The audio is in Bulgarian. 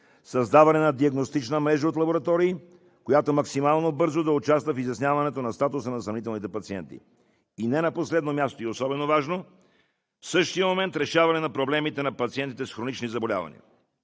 създаването на диагностична мрежа от лаборатории, която максимално бързо да участва в изясняването на статуса на съмнителните пациенти; и не на последно място, решаването на проблемите на пациентите с хронични заболявания.